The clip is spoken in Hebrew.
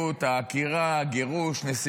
אושרה בקריאה הטרומית ותעבור לדיון בוועדת